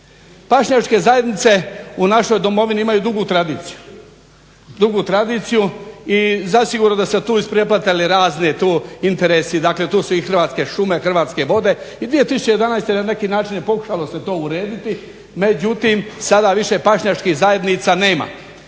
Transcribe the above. Pašnjačke zajednice u našoj domovini imaju dugu tradiciju, dugu tradiciju i zasigurno da se tu isprepletali razni interesi, dakle tu su i hrvatske šume, hrvatske vode i 2011. je na neki način se je pokušalo se to urediti, međutim sada više pašnjačkih zajednica nema,